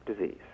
disease